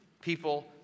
people